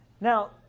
Now